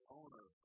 owner